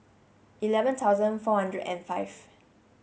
eleven thousand four hundred and five